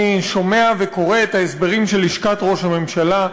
אני שומע וקורא את ההסברים של לשכת ראש הממשלה,